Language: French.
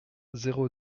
zéro